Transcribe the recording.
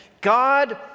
God